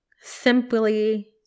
simply